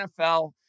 NFL